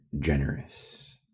generous